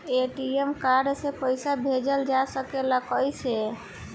ATM card से पइसा भेजल जा सकेला कइसे?